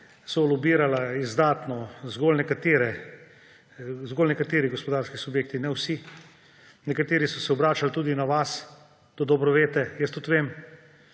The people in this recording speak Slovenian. lobirali zgolj nekateri gospodarski subjekti, ne vsi. Nekateri so se obračal tudi na vas, to dobro veste, jaz tudi vem